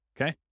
okay